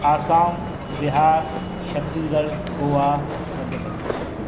Assam Bihar Chhattisgarh Goa Madhya Pradesh